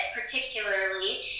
particularly